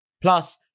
Plus